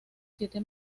siete